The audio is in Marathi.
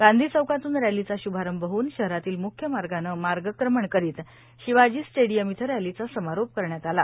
गांधी चौकातून रॅलीचा श्भारंभ होऊन शहरातील मुख्य मार्गानं मार्गक्रमण करीत शिवाजी स्टेडियम इथं रॅलीचा समारोप करण्यात आला